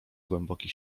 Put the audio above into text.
głęboki